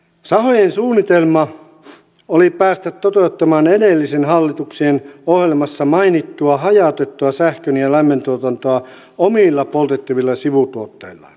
sahojen suunnitelmana oli päästä toteuttamaan edellisen hallituksen ohjelmassa mainittua hajautettua sähkön ja lämmöntuotantoa omilla poltettavilla sivutuotteilla